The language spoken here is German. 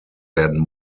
werden